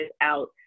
out